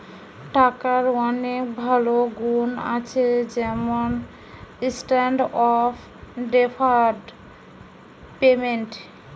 টাকার অনেক ভালো গুন্ আছে যেমন স্ট্যান্ডার্ড অফ ডেফার্ড পেমেন্ট